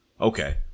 Okay